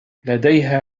لديها